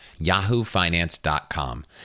yahoofinance.com